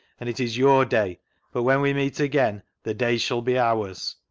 and it is your day but when we meet again the day shall be ours.